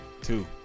Two